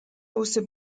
also